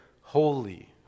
Holy